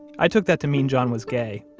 i took that to mean john was gay,